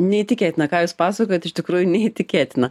neįtikėtina ką jūs pasakojat iš tikrųjų neįtikėtina